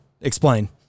Explain